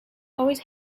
always